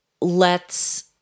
lets